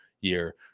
year